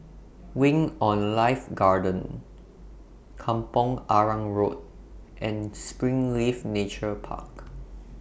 Wing on Life Garden Kampong Arang Road and Springleaf Nature Park